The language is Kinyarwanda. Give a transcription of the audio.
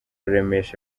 ruremesha